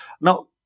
Now